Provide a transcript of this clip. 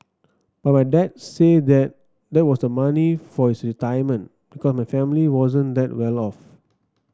but my dad said that that was the money for his retirement because my family wasn't that well off